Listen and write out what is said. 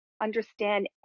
understand